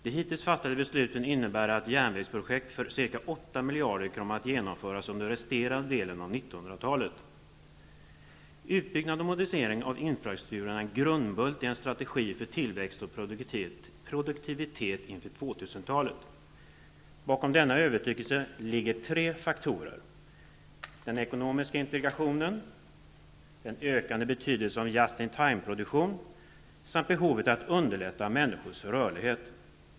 De hittills fattade besluten innebär att järnvägsprojekt för ca 8 miljarder kommer att genomföras under resterande delen av 1900-talet. Utbyggnad och modernisering av infrastrukturen är en grundbult i en strategi för tillväxt och produktivitet inför 2000-talet. Bakom denna övertygelse ligger tre faktorer: den ekonomiska integrationen, den ökade betydelsen av just-intime-produktion samt behovet av att underlätta människors rörlighet.